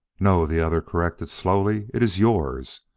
no, the other corrected slowly, it is yours.